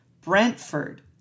Brentford